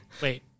wait